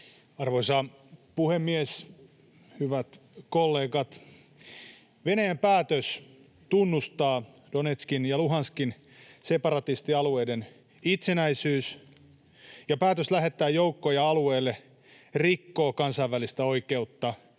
Arvoisa puhemies! Hyvät kollegat! Venäjän päätös tunnustaa Donetskin ja Luhanskin separatistialueiden itsenäisyys ja päätös lähettää joukkoja alueelle rikkovat kansainvälistä oikeutta.